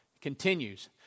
Continues